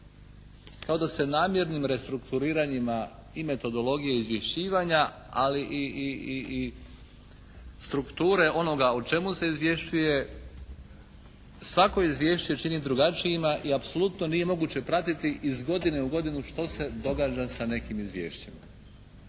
kao da se namjernim restrukturiranjima i metodologije izvješćivanja ali i strukture onoga o čemu se izvješćuje svako izvješće čini drugačijima i apsolutno nije moguće pratiti iz godine u godinu što se događa sa nekim izvješćem.